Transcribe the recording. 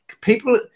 People